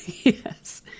Yes